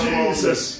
Jesus